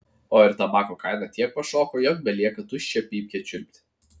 o ir tabako kaina tiek pašoko jog belieka tuščią pypkę čiulpti